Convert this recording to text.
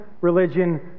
religion